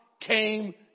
came